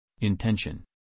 intention